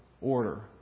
order